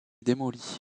démolie